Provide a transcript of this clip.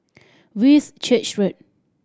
Whitchurch Road